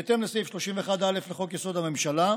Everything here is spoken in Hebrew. בהתאם לסעיף 31(א) לחוק-יסוד: הממשלה,